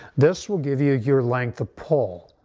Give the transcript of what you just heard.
this will give you your length of pull.